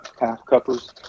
half-cuppers